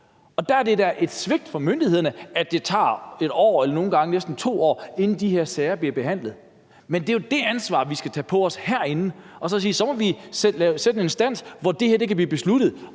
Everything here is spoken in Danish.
Der er det da et svigt fra myndighedernes side, at det tager et år eller nogle gange næsten to år, inden de her sager bliver behandlet, men det er jo det ansvar, vi skal tage på os herinde, og så sige, at så må vi nedsætte en instans, hvor det her kan blive besluttet